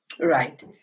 Right